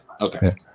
Okay